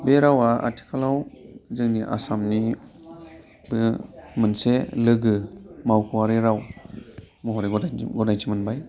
बे रावआ आथिखालाव जोंनि आसामनिबो मोनसे लोगो मावख'आरि राव महरै गनायथि मोनबाय